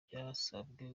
byasabwe